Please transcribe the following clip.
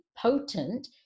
potent